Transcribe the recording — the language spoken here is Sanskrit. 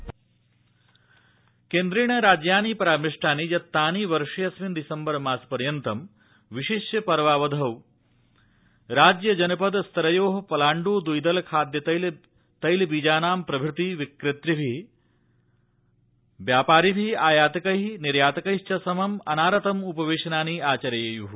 केन्द्रम्राज्यानिखाद्यान्नम् केन्द्रेण राज्यानि परामृष्टानि यत्तानि वर्षेडस्मिन् दिसम्बर मासपर्यन्तं विशिष्य पर्वावधौ राज्य जनपद स्तरयोः पलाण्ड् द्विदल खाद्यतैल तैलबीजानां प्रभूत विक्रेतृभिः व्यापारिभिः आयातकैः निर्यातकैश्व समम् अनारतम् उपवेशनानि आचरेयूः